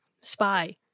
Spy